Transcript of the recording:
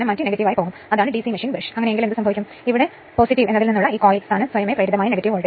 48 Ω ആയി മാറുന്നു അതായത് short circuit current ISC VSC Ze 1